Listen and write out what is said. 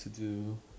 to do